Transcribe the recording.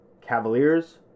Cavaliers